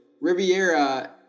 Riviera